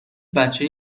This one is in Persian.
بچه